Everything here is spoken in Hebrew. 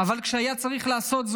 אבל כשהיה צריך לעשות זאת,